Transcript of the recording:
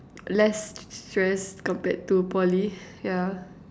less stress compared to Poly yeah